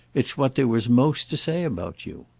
it's what there was most to say about you.